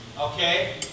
Okay